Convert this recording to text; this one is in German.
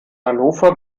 hannover